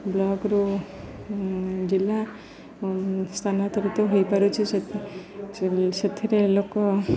ବ୍ଲକ୍ରୁ ଜିଲ୍ଲା ସ୍ଥାନାନ୍ତରିତ ହୋଇପାରୁଛି ସେଥିରେ ଲୋକ